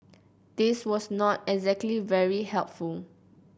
this was not exactly very helpful